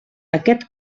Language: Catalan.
aquest